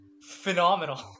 phenomenal